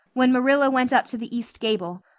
when marilla went up to the east gable,